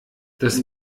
das